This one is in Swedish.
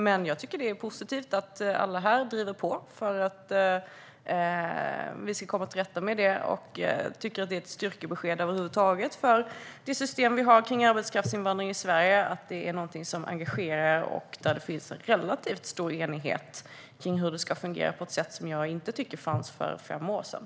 Jag tycker dock att det är positivt att alla här driver på för att vi ska komma till rätta med detta. Jag tycker också att det är ett styrkebesked över huvud taget för det system vi har för arbetskraftsinvandring i Sverige att det är något som engagerar och som det finns en relativt stor enighet när det gäller hur det ska fungera - och detta på ett sätt som jag inte tycker fanns för fem år sedan.